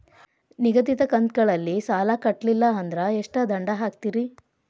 ನಿಗದಿತ ಕಂತ್ ಗಳಲ್ಲಿ ಸಾಲ ಕಟ್ಲಿಲ್ಲ ಅಂದ್ರ ಎಷ್ಟ ದಂಡ ಹಾಕ್ತೇರಿ?